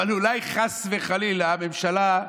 אולי חס וחלילה, הממשלה,